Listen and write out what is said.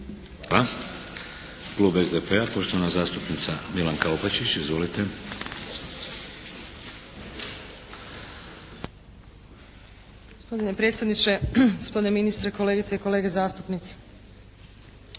Hvala. Klub SDP-a poštovana zastupnica Milanka Opačić. Izvolite. **Opačić, Milanka (SDP)** Gospodine predsjedniče, gospodine ministre, kolegice i kolege zastupnici. Pa